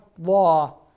law